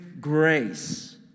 grace